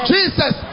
Jesus